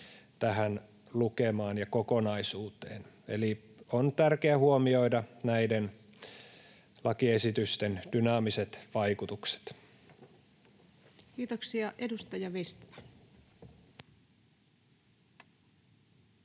tähän lukemaan ja kokonaisuuteen. Eli on tärkeä huomioida näiden lakiesitysten dynaamiset vaikutukset. Kiitoksia. — Edustaja Vestman.